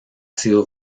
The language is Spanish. sido